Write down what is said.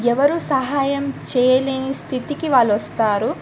ఎవరు సహాయం చేయలేని స్థితికి వాళ్ళొస్తారు